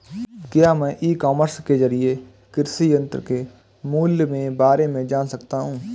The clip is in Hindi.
क्या मैं ई कॉमर्स के ज़रिए कृषि यंत्र के मूल्य में बारे में जान सकता हूँ?